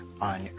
on